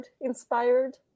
inspired